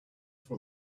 for